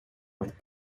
with